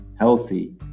healthy